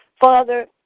Father